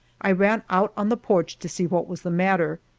i ran out on the porch to see what was the matter,